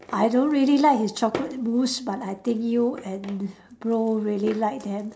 I don't really like his chocolate mousse but I think you and bro really like them